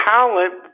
Talent